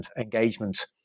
engagement